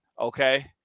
okay